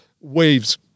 waves